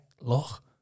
look